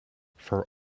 for